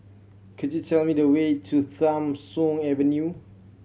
could you tell me the way to Tham Soong Avenue